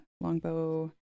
longbow